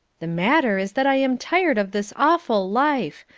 the matter is that i am tired of this awful life.